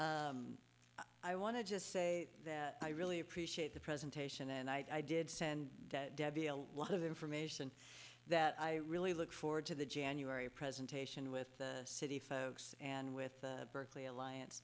so i want to just say that i really appreciate the presentation and i did send debbie a lot of information that i really look forward to the january presentation with the city folks and with berkeley alliance